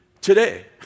today